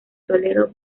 toledo